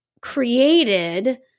created